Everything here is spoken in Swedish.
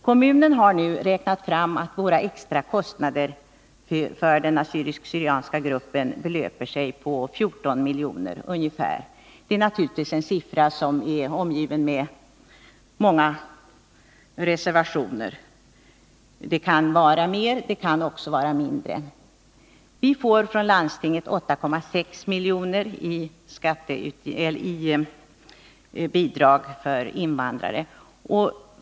Kommunen har nu räknat fram att våra extra kostnader för den assyriska/syrianska gruppen belöper sig till ungefär 14 milj.kr. Det är naturligtvis en siffra som är omgiven av många reservationer — det kan vara mer, det kan också vara mindre. Vi får från landstinget 8,6 miljoner i bidrag för invandrare.